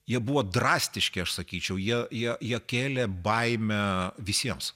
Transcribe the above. jie buvo drastiški aš sakyčiau jie jie jie kėlė baimę visiems